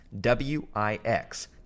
w-i-x